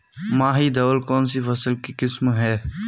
माही धवल कौनसी फसल की किस्म है?